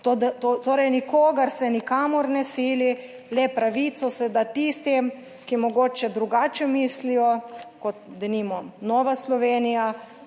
Torej, nikogar se nikamor ne sili, le pravico se da tistim, ki mogoče drugače mislijo, kot denimo Nova Slovenija,